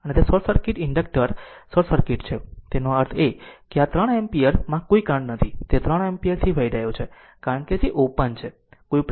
તેથી તે short circuit inductor short circuit છે તેનો અર્થ એ કે આ 3 એમ્પીયર માં કોઈ કરંટ નથી તે 3 એમ્પીયર થી વહી રહ્યો છે કારણ કે તે ઓપન સર્કિટ છે કોઈ પ્રવાહ વહેતો નથી